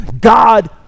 God